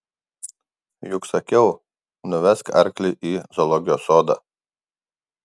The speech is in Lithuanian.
juk sakiau nuvesk arklį į zoologijos sodą